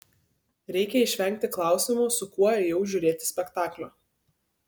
reikia išvengti klausimo su kuo ėjau žiūrėti spektaklio